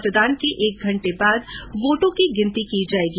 मतदान के एक घंटे बाद वोटों की गिनती की जाएगी